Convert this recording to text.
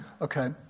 Okay